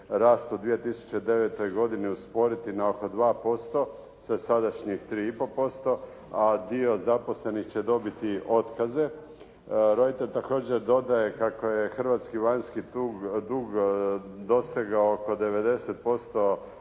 rast u 2009. godini usporiti na oko 2% sa sadašnjih 3,5% a dio zaposlenih će dobiti otkaze. Reuters također dodaje kako je hrvatski vanjski dug dosegao oko 90% bruto